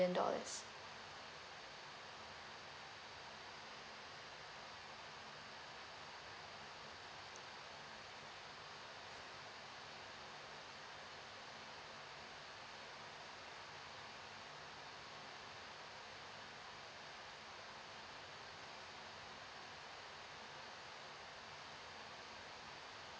million dollars